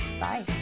Bye